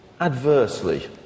adversely